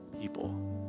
people